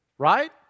right